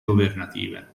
governative